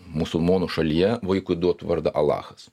musulmonų šalyje vaikui duot vardą alachas